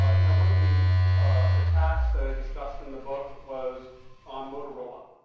you know one of the attacks that i discussed in the book was on motorola.